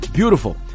Beautiful